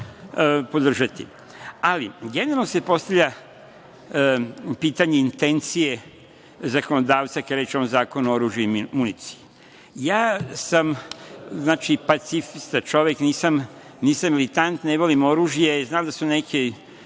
podržati. Ali, generalno se postavlja pitanje intencije zakonodavca kada je reč o ovom Zakonu o oružju i municiji. Ja sam pacifista čovek, nisam litant, ne volim oružje, znam da su neki